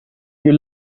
you